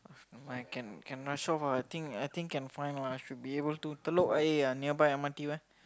never mind can can rush off ah I think I think can find one I should be able to Telok Ayer ah nearby M_R_T one